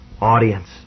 audience